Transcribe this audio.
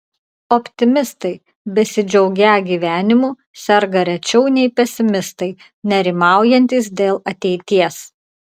optimistai besidžiaugią gyvenimu serga rečiau nei pesimistai nerimaujantys dėl ateities